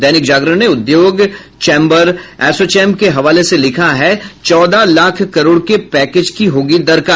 दैनिक जागरण ने उद्योग चैम्बर एसोचैम के हवाले से लिखा है चौदह लाख करोड़ के पैकेज की होगी दरकार